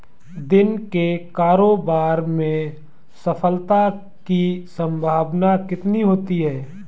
दिन के कारोबार में सफलता की संभावना कितनी होती है?